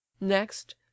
next